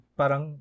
parang